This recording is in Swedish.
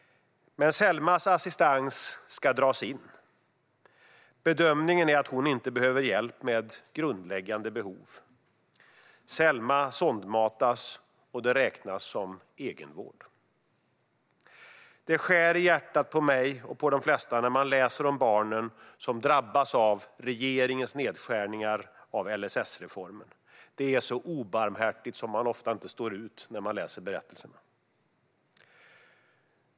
Men Selmas assistans ska dras in. Bedömningen är att hon inte behöver hjälp med grundläggande behov. Selma sondmatas, och det räknas som egenvård. Det skär i hjärtat på mig, och på de flesta andra, när jag läser om de barn som drabbas av regeringens nedskärningar av LSS-reformen. Det är så obarmhärtigt att man ofta inte står ut när man läser berättelserna.